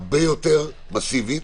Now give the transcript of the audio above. הרבה יותר מסיבית.